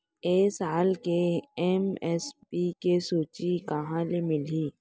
ए साल के एम.एस.पी के सूची कहाँ ले मिलही?